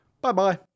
Bye-bye